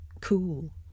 cool